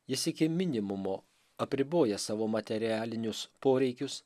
jis iki minimumo apriboja savo materialinius poreikius